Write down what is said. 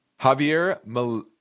Javier